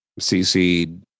CC